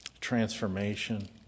transformation